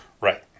Right